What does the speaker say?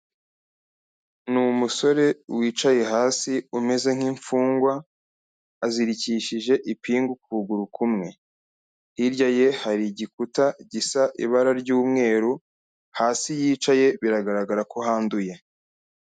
Ni umusore wicaye hasi umeze nk'imfungwa, azirikishije ipingu ku kuguru kumwe, hirya ye hari igikuta gisa ibara ry'umweru, hasi yicaye biragaragara ko handuye.